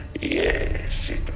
Yes